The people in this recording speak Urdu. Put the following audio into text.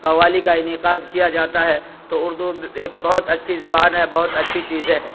قوالی کا انعقاد کیا جاتا ہے تو اردو ایک بہت اچھی زبان ہے بہت اچھی چیزیں ہیں